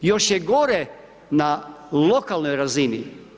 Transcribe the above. Još je gore na lokalnoj razini.